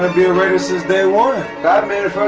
ah the races there weren't that